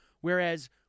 Whereas